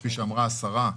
כפי שאמרה השרה,